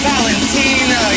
Valentina